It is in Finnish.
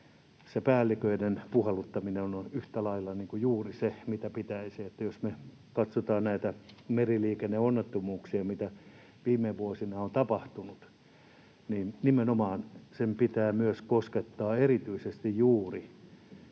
päälliköiden puhalluttaminen on yhtä lailla juuri se, mitä pitäisi tehdä. Jos me katsotaan näitä meriliikenneonnettomuuksia, mitä viime vuosina on tapahtunut, niin nimenomaan sen pitää myös koskettaa erityisesti juuri